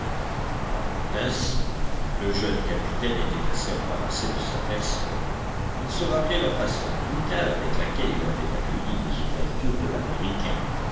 en parlant ainsi le jeune capitaine était assez embarrassé de sa personne il se rappelait la façon brutale avec laquelle il avait accueilli les ouvertures de